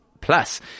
Plus